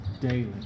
daily